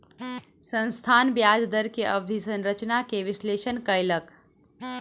संस्थान ब्याज दर के अवधि संरचना के विश्लेषण कयलक